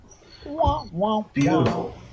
Beautiful